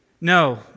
No